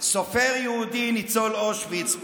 סופר יהודי ניצול אושוויץ,